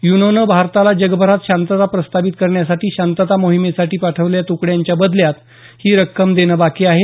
युनोनं भारताला जगभरात शांतता प्रस्थापित करण्यासाठी शांतता मोहिमेसाठी पाठवलेल्या तुकड्यांच्या बदल्यात ही रक्कम देणं बाकी आहे